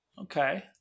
Okay